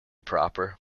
proper